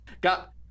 got